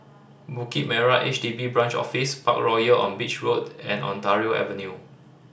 Bukit Merah H D B Branch Office Parkroyal on Beach Road and Ontario Avenue